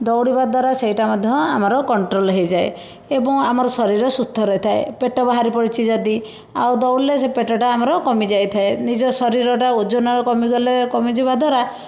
ଦଉଡ଼ିବା ଦ୍ୱାରା ସେଇଟା ମଧ୍ୟ ଆମର କଣ୍ଟ୍ରୋଲ ହେଇଯାଏ ଏବଂ ଆମର ଶରୀର ସୁସ୍ଥ ରହିଥାଏ ପେଟ ବାହାରି ପଡ଼ିଛି ଯଦି ଆଉ ଦଉଡ଼ିଲେ ସେଇ ପେଟଟା ଆମର କମିଯାଇଥାଏ ନିଜ ଶରୀରଟା ଓଜନର କମିଗଲେ କମିଯିବା ଦ୍ୱାରା